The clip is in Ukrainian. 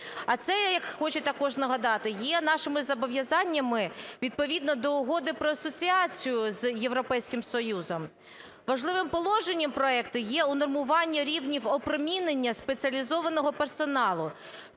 А це є, я хочу також нагадати, є нашими зобов'язаннями відповідно до Угоди про асоціацію з Європейським Союзом. Важливим положенням проекту є унормування рівнів опромінення спеціалізованого персоналу.